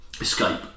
escape